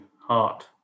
heart